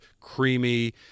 creamy